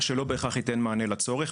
מה שלא בהכרח ייתן מענה לצורך.